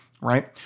right